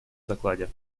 докладе